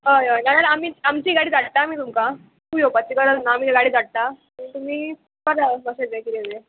हय हय ना जाल्यार आमी आमची गाडी धाडटा आमी तुमकां तूं येवपाची गरज ना आमी गाडी धाडटा तुमी तुमी कडेन आसा पासलें कितें कितें